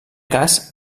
cas